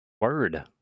Word